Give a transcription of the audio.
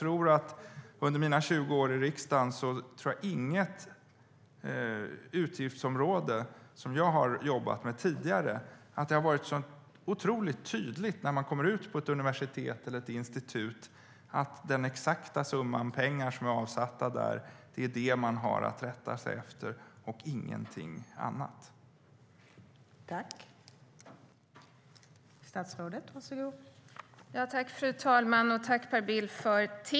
Under mina 20 år i riksdagen har det inte på något annat utgiftsområde som jag har jobbat med varit så otroligt tydligt att den exakta summan pengar som är avsatt är vad universitetet eller institutet har att rätta sig efter och ingenting annat.